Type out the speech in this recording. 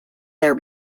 their